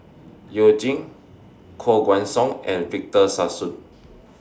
YOU Jin Koh Guan Song and Victor Sassoon